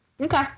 Okay